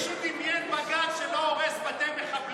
מישהו דמיין בג"ץ שלא הורס בתי מחבלים?